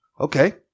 Okay